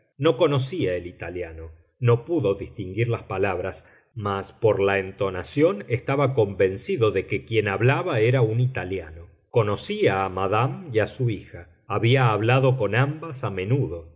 no conocía el italiano no pudo distinguir las palabras mas por la entonación estaba convencido de que quien hablaba era un italiano conocía a madame l y a su hija había hablado con ambas a menudo